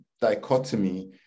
dichotomy